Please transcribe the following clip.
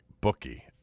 bookie